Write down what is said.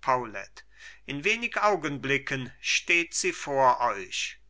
paulet in wenig augenblicken steht sie vor euch